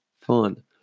fun